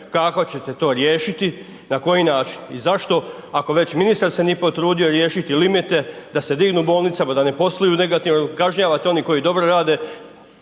kako ćete to riješiti i na koji način i zašto ako već ministar se nije potrudio riješiti limite da se dignu bolnicama, da ne posluju negativno jer kažnjavate one koji dobro rade,